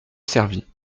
servit